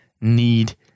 need